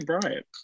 Bryant